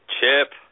Chip